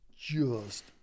just-